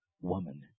woman